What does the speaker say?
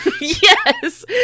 Yes